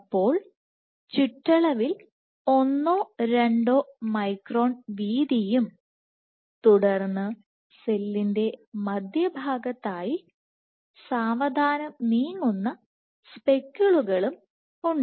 അപ്പോൾ ചുറ്റളവിൽ ഒന്നോ രണ്ടോ മൈക്രോൺ വീതിയും തുടർന്ന് സെല്ലിന്റെ മധ്യഭാഗത്തായി സാവധാനം നീങ്ങുന്ന സ്പെക്കിളുകളുമുണ്ട്